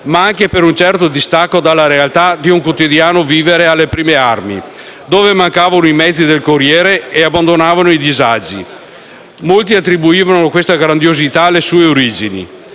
ma anche per un certo distacco dalla realtà di un quotidiano alle prime armi, dove mancavano i mezzi del «Corriere della Sera» e abbondavano i disagi. Molti attribuivano questa grandiosità alle sue origini: